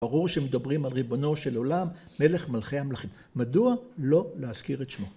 ברור שמדברים על ריבונו של עולם, מלך מלכי המלכים, מדוע לא להזכיר את שמו.